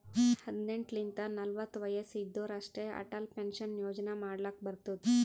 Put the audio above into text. ಹದಿನೆಂಟ್ ಲಿಂತ ನಲ್ವತ ವಯಸ್ಸ್ ಇದ್ದೋರ್ ಅಷ್ಟೇ ಅಟಲ್ ಪೆನ್ಷನ್ ಯೋಜನಾ ಮಾಡ್ಲಕ್ ಬರ್ತುದ್